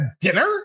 dinner